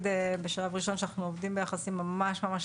בשלב ראשון אומר שאנחנו עובדים ביחסים ממש ממש